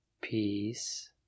Peace